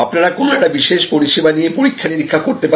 আপনারা একটা কোন বিশেষ পরিষেবা নিয়ে পরীক্ষা নিরীক্ষা করতে পারেন